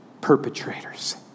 perpetrators